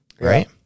right